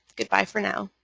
goodbye for now.